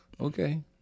Okay